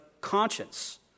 conscience